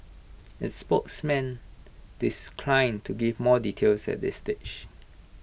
its spokesman to give more details at this stage